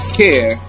care